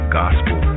gospel